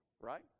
right